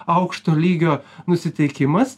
aukšto lygio nusiteikimas